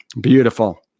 Beautiful